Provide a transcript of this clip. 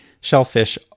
Shellfish